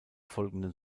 folgenden